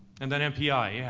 and that mpi, yeah,